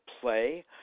play